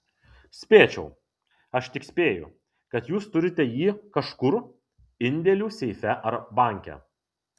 spėčiau aš tik spėju kad jūs turite jį kažkur indėlių seife ar banke